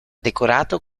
decorato